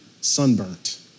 sunburnt